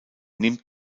nimmt